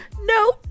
No